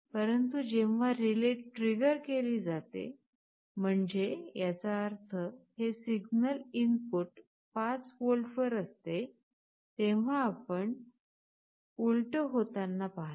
परंतु जेव्हा relay trigger केली जाते म्हणजे याचा अर्थ हे सिग्नल इनपुट 5 व्होल्टवर असते तेव्हा आपण उलट होताना पाहता